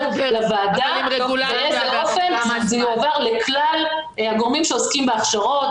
לוועדה באיזה אופן זה יועבר לכלל הגורמים שעוסקים בהכשרות,